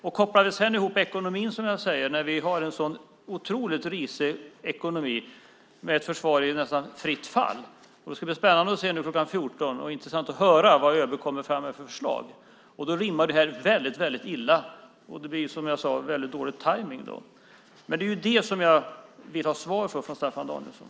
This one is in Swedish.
Nu kopplar man ihop den otroligt risiga ekonomin med ett försvar i nästan fritt fall. Det ska bli spännande och intressant att se och höra nu kl. 14 vilka förslag ÖB kommer fram med. Detta rimmar illa, och det blir dålig tajmning. Det är det här jag vill ha svar om från Staffan Danielsson.